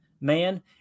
man